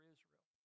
Israel